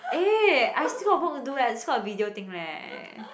eh I still got work to do eh still got video thing leh